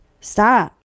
stop